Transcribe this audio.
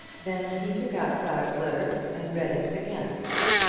then he took out clara's letter and read it again.